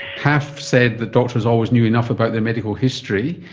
half said that doctors always knew enough about their medical history,